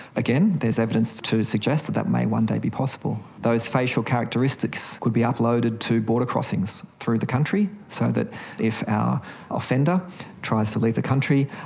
again, there is evidence to to suggest that that may one day be possible. those facial characteristics could be uploaded to border crossings through the country so that if our offender tries to leave the country,